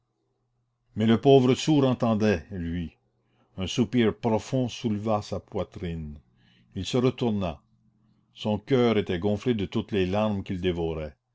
mais le pauvre sourd entendait lui un soupir profond souleva sa poitrine il se retourna son coeur était gonflé de toutes les larmes qu'il